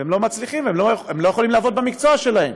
והם לא מצליחים, לא יכולים לעבוד במקצוע שלהם.